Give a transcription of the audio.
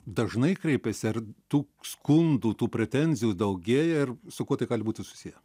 dažnai kreipiasi ar tų skundų tų pretenzijų daugėja ir su kuo tai gali būti susiję